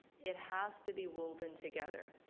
it has to be woven together.